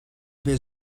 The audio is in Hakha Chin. bia